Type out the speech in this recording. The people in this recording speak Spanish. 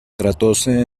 tratóse